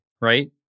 right